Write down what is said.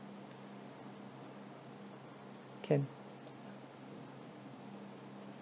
can